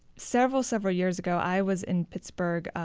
several several years ago. i was in pittsburgh,